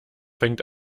fängt